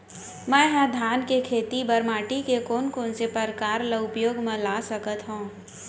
मै ह धान के खेती बर माटी के कोन कोन से प्रकार ला उपयोग मा ला सकत हव?